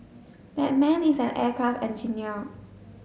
that man is an aircraft engineer